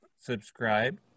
Subscribe